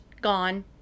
Gone